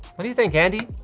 what do you think, andy?